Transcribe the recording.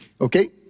okay